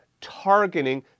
targeting